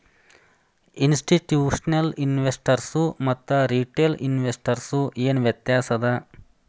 ಇನ್ಸ್ಟಿಟ್ಯೂಷ್ನಲಿನ್ವೆಸ್ಟರ್ಸ್ಗು ಮತ್ತ ರಿಟೇಲ್ ಇನ್ವೆಸ್ಟರ್ಸ್ಗು ಏನ್ ವ್ಯತ್ಯಾಸದ?